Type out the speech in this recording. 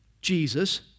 Jesus